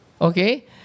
Okay